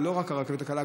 ולא רק רכבת קלה,